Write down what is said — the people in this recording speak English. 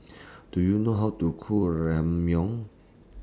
Do YOU know How to Cook Ramyeon